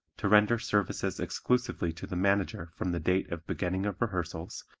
to render services exclusively to the manager from the date of beginning of rehearsals,